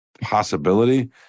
possibility